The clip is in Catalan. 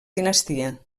dinastia